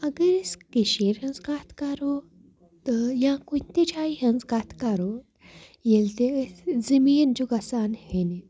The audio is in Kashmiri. اگر أسۍ کٔشیٖرِ ہِنٛز کَتھ کَرو تہٕ یا کُنہِ تہِ جایہِ ہِنٛز کَتھ کَرو ییٚلہِ تہِ أسۍ زٔمیٖن چھُ گژھان ہیٚنہِ